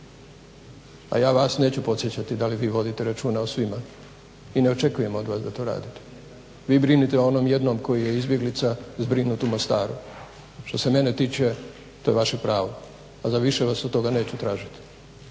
A ja vas neću podsjećati da li vi vodite računa o svima i ne očekujem od vas da to radite. Vi brinite o onom jednom koji je izbjeglica zbrinut u Mostaru, što se mene tiče to je vaše pravo, a za više vas od toga neću tražiti.